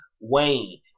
Wayne